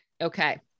Okay